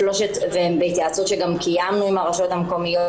וגם בעקבות התייעצות שקיימנו עם הרשויות המקומיות